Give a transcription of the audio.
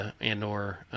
and/or